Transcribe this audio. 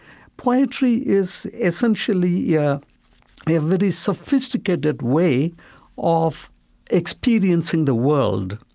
poetry is essentially yeah a really sophisticated way of experiencing the world.